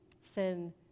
Sin